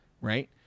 right